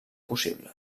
possible